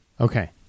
Okay